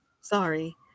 Sorry